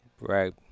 Right